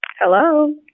Hello